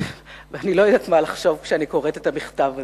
אני לא יודעת מה לחשוב כשאני קוראת את המכתב הזה.